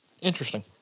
Interesting